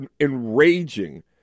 enraging